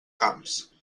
camps